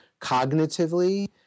cognitively